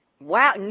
Wow